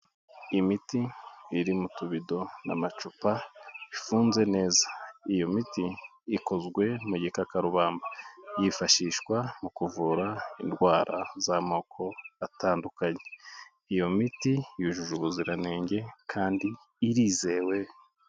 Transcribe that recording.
Imiti iri mu tubido n'amacupa bifunze neza, iyo miti ikozwe mu gikakarubamba yifashishwa mu kuvura indwara z'amoko atandukanye, iyo miti yujuje ubuziranenge kandi irizewe.